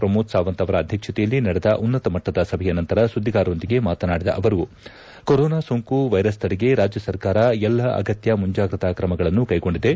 ಪ್ರಮೋದ್ ಸಾವಂತ್ ಅವರ ಅಧ್ವಕ್ಷಕೆಯಲ್ಲಿ ನಡೆದ ಉನ್ನತ ಮಟ್ಟದ ಸಭೆಯ ನಂತರ ಸುದ್ದಿಗಾರರೊಂದಿಗೆ ಮಾತನಾಡಿದ ಅವರು ಕೊರೋನಾ ಸೋಂಕು ವೈರಸ್ ತಡೆಗೆ ರಾಜ್ಯ ಸರ್ಕಾರ ಎಲ್ಲ ಅಗತ್ಯ ಮುಂಜಾಗ್ರತಾ ತ್ರಮಗಳನ್ನು ಕೈಗೊಂಡಿದೆ